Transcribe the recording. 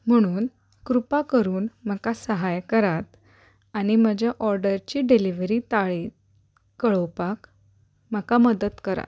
म्हणून कृपा करून म्हाका सहाय करात आनी म्हज्या ऑर्डरची डिलिवरी तारीख कळोवपाक म्हाका मदत करात